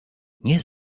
nie